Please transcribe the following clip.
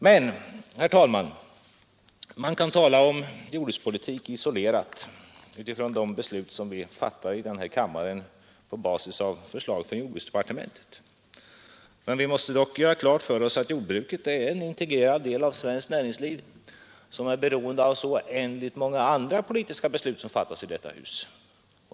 Man kan, herr talman, visserligen i och för sig behandla jordbrukspolitiken isolerad med utgångspunkt från de beslut som vi fattar i denna kammare på basis av förslag från jordbruksdepartementet, men vi måste dock göra klart för oss att jordbruket är en integrerad del av svenskt näringsliv, som är beroende av så oändligt många andra politiska beslut som fattas i detta hus.